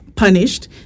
Punished